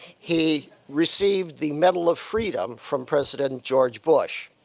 he received the medal of freedom from president george bush.